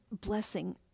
blessing